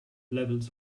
levels